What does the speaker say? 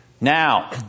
Now